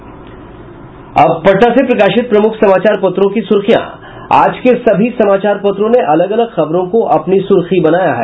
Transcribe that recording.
अखबारों की सुर्खियां अब पटना से प्रकाशित प्रमुख समाचार पत्रों की सुर्खियां आज के सभी समाचार पत्रों ने अलग अलग खबरों को अपनी सुर्खी बनाया है